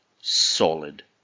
solid